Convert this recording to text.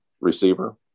receiver